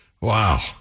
Wow